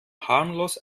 harmlos